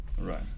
right